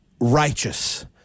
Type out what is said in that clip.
righteous